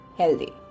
healthy